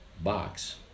box